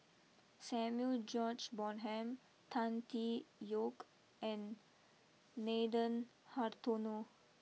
Samuel George Bonham Tan Tee Yoke and Nathan Hartono